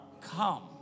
come